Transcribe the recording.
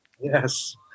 Yes